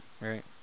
right